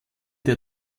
der